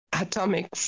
atomic